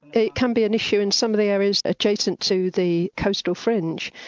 it can be an issue in some of the areas adjacent to the coastal fringe,